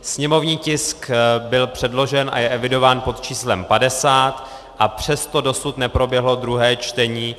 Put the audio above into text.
Sněmovní tisk byl předložen a je evidován pod číslem 50, a přesto dosud neproběhlo druhé čtení.